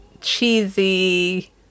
cheesy